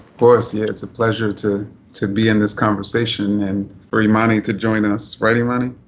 course, yeah, it's a pleasure to to be in this conversation. and for imani to join us. right, imani?